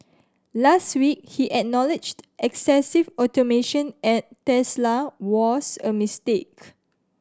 last week he acknowledged excessive automation at Tesla was a mistake